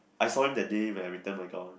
I saw him that day when I return my gown